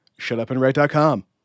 shutupandwrite.com